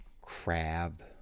crab